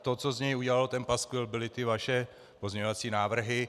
To, co z něj udělalo ten paskvil, byly ty vaše pozměňovací návrhy.